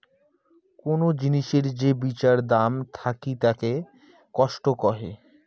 কোন জিনিসের যে বিচার দাম থাকিতাকে কস্ট কহে